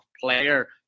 player